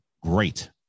great